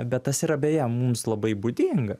bet tas yra beje mums labai būdinga